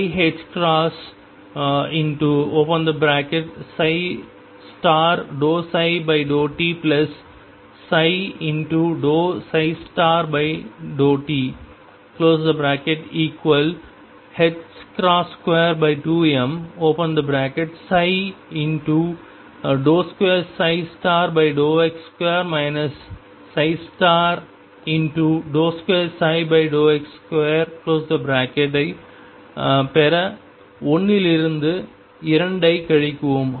iℏ∂ψ ∂tψ∂t22m2x2 2x2 ஐப் பெற 1 இலிருந்து 2 ஐக் கழிக்கவும்